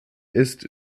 ist